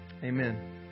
Amen